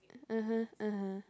(uh huh) (uh huh)